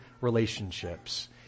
relationships